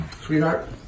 Sweetheart